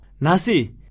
nasi